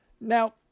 Now